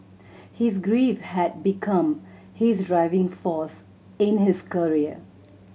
his grief had become his driving force in his career